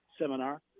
seminar